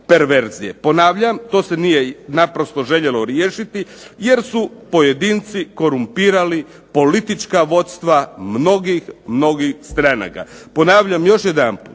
Ponavljam, to se nije naprosto željelo riješiti jer su pojedinci korumpirali politička vodstva mnogih, mnogi stranaka. Ponavljam još jedanput,